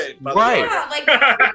Right